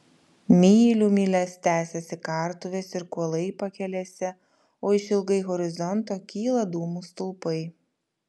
mylių mylias tęsiasi kartuvės ir kuolai pakelėse o išilgai horizonto kyla dūmų stulpai